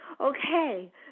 Okay